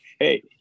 hey